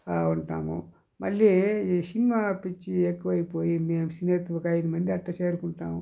ఉంటాము మళ్లీ ఈ సినిమా పిచ్చి ఎక్కువైపోయి మేము స్నేహితులు ఒక ఐదు మంది దాకా చేరుకుంటాము